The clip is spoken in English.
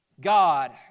God